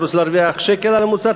אתה רוצה להרוויח שקל על המוצר,